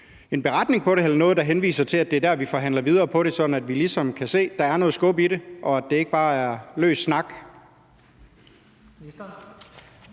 eller noget, der henviser til, at det er der, vi forhandler videre på det, sådan at vi ligesom kan se, at der er noget skub i det, og at det ikke bare er løs snak?